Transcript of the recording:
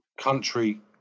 country